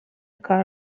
کار